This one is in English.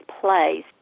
place